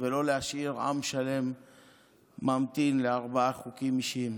ולא להשאיר עם שלם ממתין לארבעה חוקים אישיים.